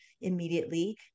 immediately